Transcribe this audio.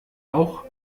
auch